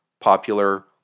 popular